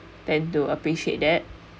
tend to appreciate that